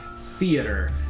theater